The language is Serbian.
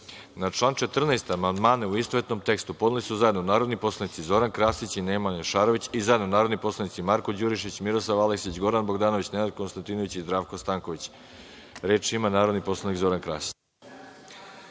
član 14. amandmane, u istovetnom tekstu, podneli su zajedno narodni poslanici Zoran Krasić i Nemanja Šarović i zajedno narodni poslanici Marko Đurišić, Miroslav Aleksić, Goran Bogdanović, Nenad Konstantinović i Zdravko Stanković. Reč ima narodni poslanik Zoran Krasić.